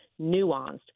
nuanced